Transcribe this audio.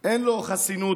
היושב-ראש.